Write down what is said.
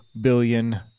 billion